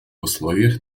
условиях